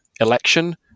election